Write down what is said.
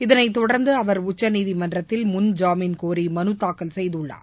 இதனைதொடர்ந்து அவர் உச்சநீதிமன்றத்தில் முன்ஜாமீன் கோரி மனு தாக்கல் செய்துள்ளார்